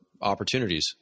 opportunities